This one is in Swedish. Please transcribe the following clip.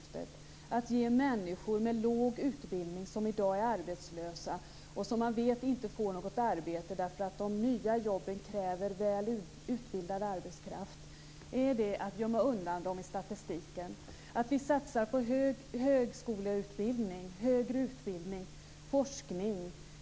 Är det att gömma undan folk i statistiken när man ger människor som har låg utbildning, som i dag är arbetslösa och som man vet inte får något arbete därför att de nya jobben kräver väl utbildad arbetskraft? Är det att gömma undan arbetslösheten när vi satsar på högskoleutbildning, på högre utbildning och forskning?